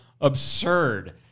absurd